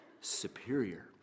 superior